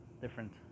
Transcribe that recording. different